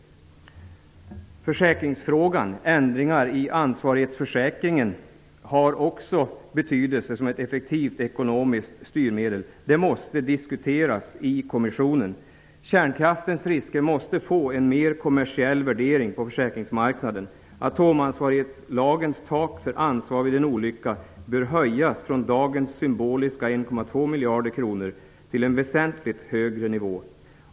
Försäkringsfrågan -- ändringar i ansvarighetsförsäkringen -- har också betydelse som ett effektivt ekonomiskt styrmedel. Den måste diskuteras i kommissionen. Kärnkraftens risker måste värderas mer kommersiellt på försäkringsmarknaden. Atomansvarighetslagens tak för ansvar vid en olycka bör höjas från dagens symboliska 1,2 miljarder kronor till en väsentligt högre nivå.